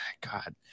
God